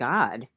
God